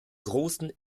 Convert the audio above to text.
großen